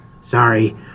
Sorry